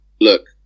Look